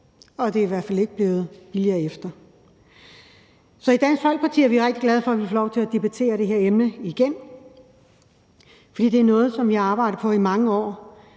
og det er i hvert fald ikke blevet billigere efter. Så i Dansk Folkeparti er vi rigtig glade for, at vi får lov til at debattere det her emne igen, for det er noget, som vi har arbejdet på i mange år.